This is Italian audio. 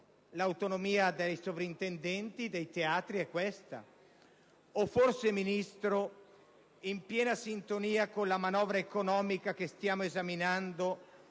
L'autonomia dei sovrintendenti dei teatri è questa. O forse, Ministro, in piena sintonia con la manovra economica che stiamo esaminando,